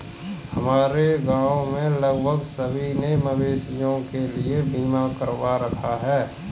हमारे गांव में लगभग सभी ने मवेशियों के लिए बीमा करवा रखा है